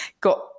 got